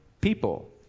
people